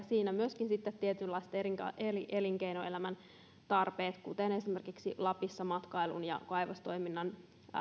siinä myöskin sitten tietynlaiset elinkeinoelämän tarpeet kuten esimerkiksi lapissa matkailun ja kaivostoiminnan